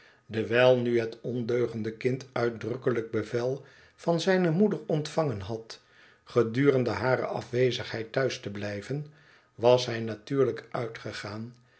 dewijl nu het ondeugende kind uitdrukkelijk bevel van zijne moeder ontvangen had gedurende hare afwezigheid thuis te blijven was hij natuurlijk uitgegaan